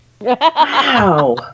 Wow